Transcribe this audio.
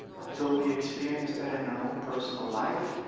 until we experience that in our own personal life,